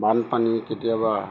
বানপানী কেতিয়াবা